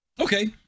Okay